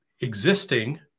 existing